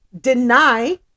deny